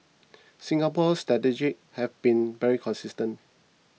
Singapore's strategy have been very consistent